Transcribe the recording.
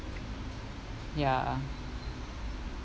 ya